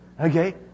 Okay